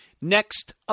Next